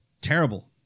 terrible